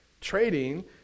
trading